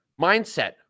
mindset